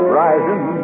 rising